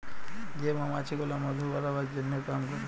যে মমাছি গুলা মধু বালাবার জনহ কাম ক্যরে